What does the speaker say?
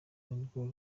nirwo